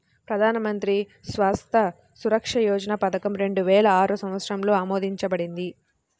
ప్రధాన్ మంత్రి స్వాస్థ్య సురక్ష యోజన పథకం రెండు వేల ఆరు సంవత్సరంలో ఆమోదించబడింది